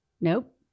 nope